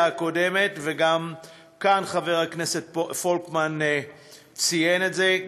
הקודמת חבר הכנסת פולקמן ציין את זה,